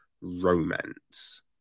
romance